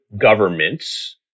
governments